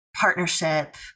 partnership